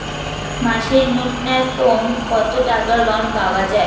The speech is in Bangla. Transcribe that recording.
মাসে নূন্যতম কত টাকা ঋণ পাওয়া য়ায়?